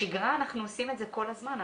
בשגרה אנחנו עושים את זה כל הזמן.